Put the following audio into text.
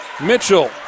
Mitchell